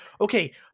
okay